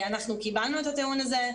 אנחנו קיבלנו את הטיעון הזה.